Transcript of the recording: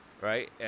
right